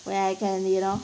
where I can you know